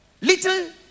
Little